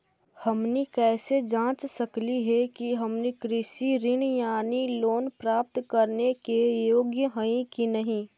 हमनी कैसे जांच सकली हे कि हमनी कृषि ऋण यानी लोन प्राप्त करने के योग्य हई कि नहीं?